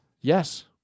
Yes